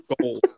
gold